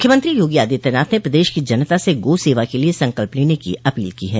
मुख्यमंत्री योगी आदित्यनाथ ने प्रदेश की जनता से गौ सेवा के लिये संकल्प लेने की अपील की है